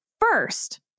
first